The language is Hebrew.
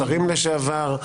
לשרים לשעבר,